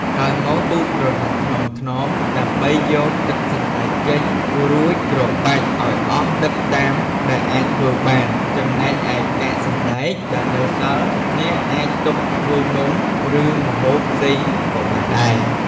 ក្រោយមក ពូតក្រណាត់ថ្នមៗដើម្បីយកទឹកសណ្តែកចេញ រួចច្របាច់ឱ្យអស់ទឹកតាមដែលអាចធ្វើបាន ចំណែកឯកាកសណ្តែកដែលនៅសល់ អ្នកអាចទុកធ្វើនំ ឬម្ហូបផ្សេងក៏បានដែរ។